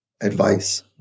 advice